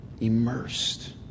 Immersed